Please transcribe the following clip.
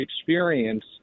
experience